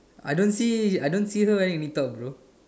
I don't see I don't see her wearing intimate bro